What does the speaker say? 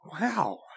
Wow